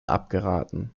abgeraten